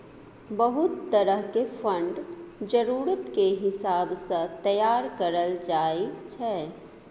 बहुत तरह के फंड जरूरत के हिसाब सँ तैयार करल जाइ छै